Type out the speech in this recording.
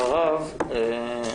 אחריו,